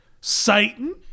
Satan